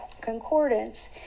concordance